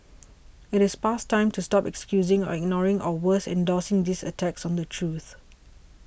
it is past time to stop excusing or ignoring or worse endorsing these attacks on the truth